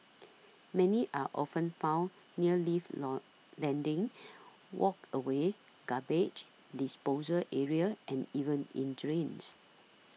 many are often found near lift load landings walkways garbage disposal areas and even in drains